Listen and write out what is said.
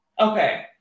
Okay